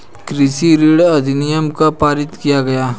कृषि ऋण अधिनियम कब पारित किया गया?